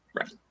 Right